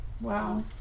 wow